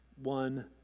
One